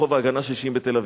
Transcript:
ברחוב ההגנה 60 בתל-אביב,